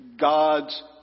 God's